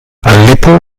aleppo